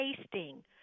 tasting